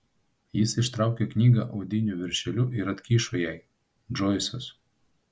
jis ištraukė knygą odiniu viršeliu ir atkišo jai džoisas